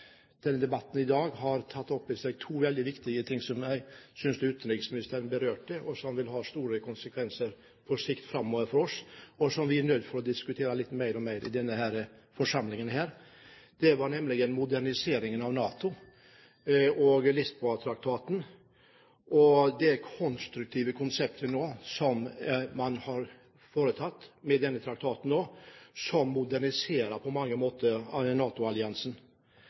denne debatten i dag ikke har tatt opp i seg to veldig viktige ting som jeg syntes utenriksministeren berørte som på sikt vil få store konsekvenser for oss, og som vi er nødt til å diskutere mer i denne forsamlingen, nemlig moderniseringen av NATO og Lisboa-traktaten og det konstruktive konseptet man nå har foretatt med denne traktaten, som på mange måter